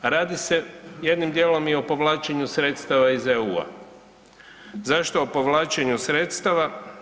Radi se jednim djelom i o povlačenju sredstava iz EU-a. zašto o povlačenju sredstava?